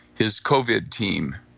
his covid team.